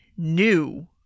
new